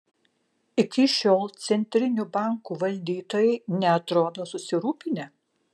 iki šiol centrinių bankų valdytojai neatrodo susirūpinę